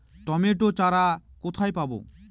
Tomato চারা কোথায় পাবো?